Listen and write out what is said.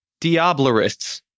Diablerists